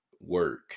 work